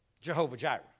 Jehovah-Jireh